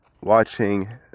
watching